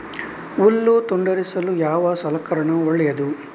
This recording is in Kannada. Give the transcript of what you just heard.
ಹುಲ್ಲು ತುಂಡರಿಸಲು ಯಾವ ಸಲಕರಣ ಒಳ್ಳೆಯದು?